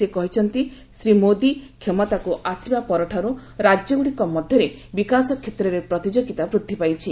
ସେ କହିଛନ୍ତି ଶ୍ରୀ ମୋଦୀ କ୍ଷମତାକୁ ଆସିବା ପରଠାରୁ ରାଜ୍ୟଗୁଡ଼ିକ ମଧ୍ୟରେ ବିକାଶ କ୍ଷେତ୍ରରେ ପ୍ରତିଯୋଗୀତା ବୃଦ୍ଧି ପାଇଛି